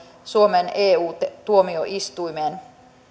suomen eu tuomioistuimeen